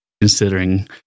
considering